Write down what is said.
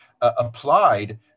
applied